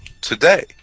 today